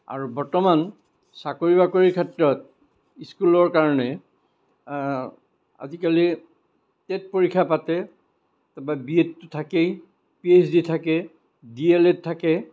আৰু বৰ্তমান চাকৰি বাকৰিৰ ক্ষেত্ৰত স্কুলৰ কাৰণে আজিকালি টেট পৰীক্ষা পাতে বা বি এডটো থাকেই পি এইছ ডি থাকে ডি এল এড থাকে